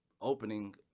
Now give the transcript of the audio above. Opening